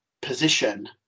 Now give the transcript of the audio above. position